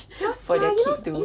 for their kids to